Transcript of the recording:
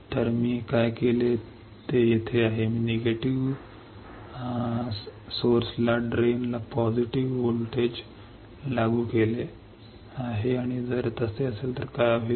तर मी काय केले ते येथे आहेमी निगेटिव्ह ते स्त्रोत उजवीकडे सोडण्यासाठी पॉझिटिव्ह व्होल्टेज लागू केले आहे आणि जर तसे असेल तर काय होईल